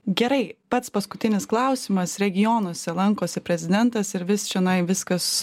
gerai pats paskutinis klausimas regionuose lankosi prezidentas ir vis čionai viskas